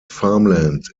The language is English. farmland